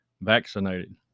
vaccinated